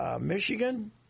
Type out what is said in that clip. Michigan